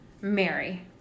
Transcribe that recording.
Mary